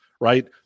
right